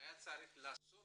היה צריך לעשות